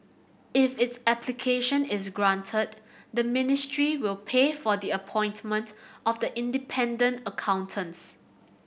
if its application is granted the ministry will pay for the appointment of the independent accountants